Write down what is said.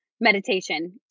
meditation